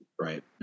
Right